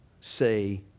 say